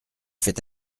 fait